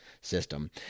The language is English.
system